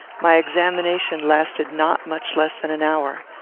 my examination lasted not much less than an hour.